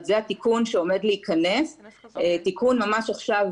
זה התיקון שעומד להכנס, תיקון ממש עכשיו